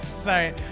sorry